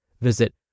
Visit